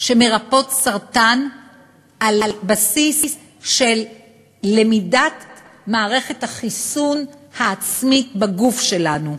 שמרפאות סרטן על בסיס של למידת מערכת החיסון העצמית בגוף שלנו,